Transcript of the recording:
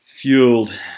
fueled